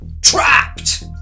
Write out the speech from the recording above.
TRAPPED